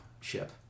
ship